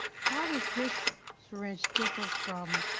how does this syringe differ from,